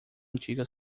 antiga